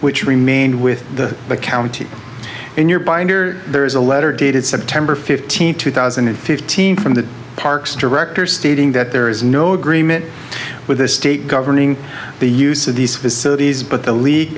which remained with the county in your binder there is a letter dated september fifteenth two thousand and fifteen from the parks director stating that there is no agreement with the state governing the use of these facilities but the league